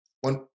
one